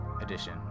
edition